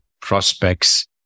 prospects